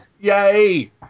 Yay